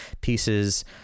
pieces